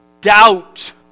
Doubt